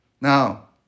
Now